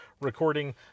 recording